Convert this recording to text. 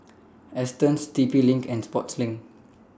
Astons T P LINK and Sportslink